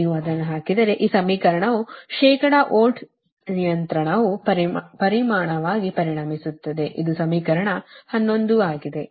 ನೀವು ಅದನ್ನು ಹಾಕಿದರೆ ಈ ಸಮೀಕರಣವು ಶೇಕಡಾ ವೋಲ್ಟ್ ನಿಯಂತ್ರಣವು ಪರಿಮಾಣವಾಗಿ ಪರಿಣಮಿಸುತ್ತದೆ ಇದು ಸಮೀಕರಣ 11 ಆಗಿದೆ